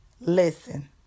Listen